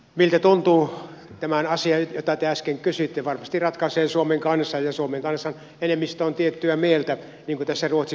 miltä tuntuu tämän asian jota te äsken kysyitte varmasti ratkaisee suomen kansa ja suomen kansan enemmistö on tiettyä mieltä niin kuin tässä ruotsi kysymyksessä